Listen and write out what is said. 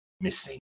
missing